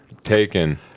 Taken